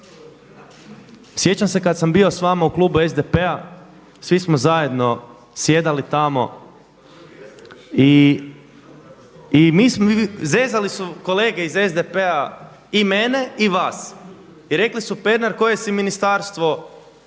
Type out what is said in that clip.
Sjećam se kad sam bio sa vama u klubu SDP-a svi smo zajedno sjedali tamo i zezali su kolege iz SDP-a i mene i vas i rekli su Pernar koje si ministarstvo